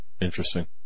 Interesting